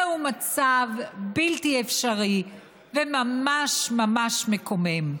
זהו מצב בלתי אפשרי וממש ממש מקומם.